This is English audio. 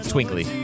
Twinkly